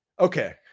okay